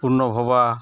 ᱯᱩᱱᱚᱵᱷᱚᱵᱟ